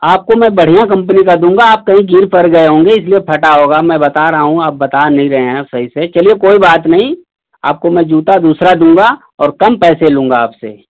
आपको मैं बढ़ियाँ कंपनी का दूंगा आप कहीं गिर पड़ गए होंगे इसलिए फटा होगा मैं बता रहा हूँ आप बता नहीं रहे हैं सही से चलिए कोई बात नहीं आपको मैं जूता दूसरा दूँगा और कम पैसे लूँगा आपसे